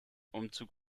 umzug